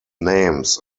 names